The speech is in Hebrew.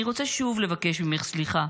אני רוצה שוב לבקש ממך סליחה,